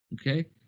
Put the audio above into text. Okay